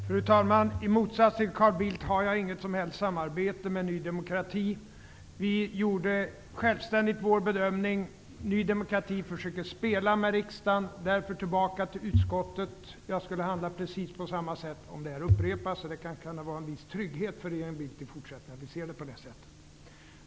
Fru talman! I motsats till Carl Bildt har jag inget som helst samarbete med Ny demokrati. Vi gjorde vår bedömning självständigt. Ny demokrati försökte spela med riksdagen, därför skulle ärendet tillbaka till utskottet. Jag skulle handla på precis samma sätt om det här skulle upprepa sig. Det kan kanske vara en viss trygghet för regeringen Bildt att veta att vi ser det på det sättet.